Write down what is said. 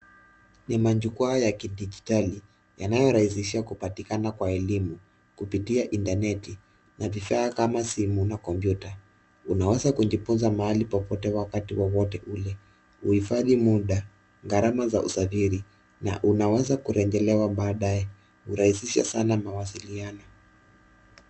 Ni majukwaa ya kidijitali yanayorahisisha kupatikana kwa elimu kupitia intaneti na vifaa kama simu na kompyuta. Unaweza kujifunza mahali popote wakati wowote ule, uhifadhi muda, gharama za usafiri na unaweza kurejelewa baadaye. Urahisisha sana mawasiliano.